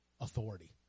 authority